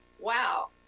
wow